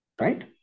right